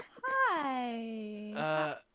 Hi